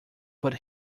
put